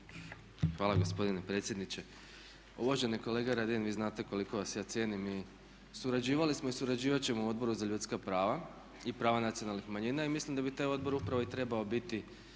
Hvala gospodine predsjedniče. Uvaženi kolega Radin vi znate koliko vas ja cijenim i surađivali smo i surađivat ćemo u Odboru za ljudska prava i prava nacionalnih manjina i mislim da bi taj odbor upravo i trebao biti